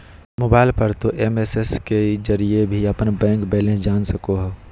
mobile पर तों SMS के जरिए भी अपन बैंक बैलेंस जान सको हो